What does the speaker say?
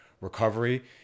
recovery